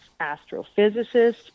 astrophysicists